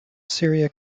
syria